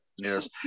Yes